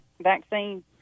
vaccine